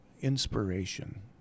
inspiration